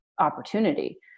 opportunity